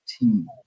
team